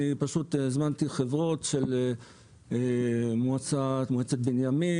אני פשוט הזמנתי חברות של מועצת בנימין